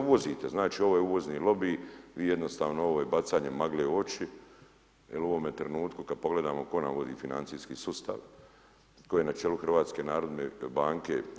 Uvozite znači ovo je uvozni lobij, vi jednostavno, ovo je bacanje magle u oči, jer u ovome trenutku kada pogledamo tko nam vodi financijski sustav, tko je na čelu HNB-a?